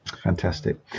Fantastic